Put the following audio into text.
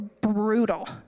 brutal